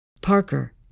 Parker